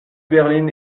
berline